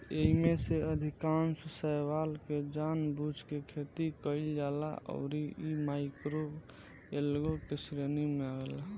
एईमे से अधिकांश शैवाल के जानबूझ के खेती कईल जाला अउरी इ माइक्रोएल्गे के श्रेणी में आवेला